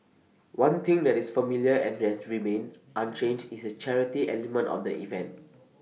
one thing that is familiar and range remained unchanged is the charity element of the event